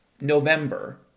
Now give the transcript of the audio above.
November